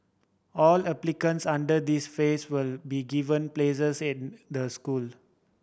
all applicants under this phase will be given places in the school